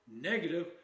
negative